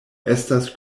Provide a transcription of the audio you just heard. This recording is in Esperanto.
estas